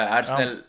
Arsenal